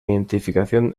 identificación